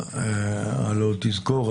הלוא תזכור,